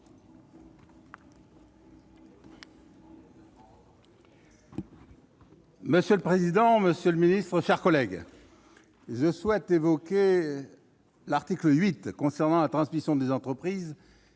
Monsieur le président, monsieur le secrétaire d'État, mes chers collègues, je souhaite évoquer l'article 8 concernant la transmission des entreprises,